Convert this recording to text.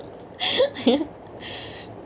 shoot here